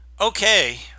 Okay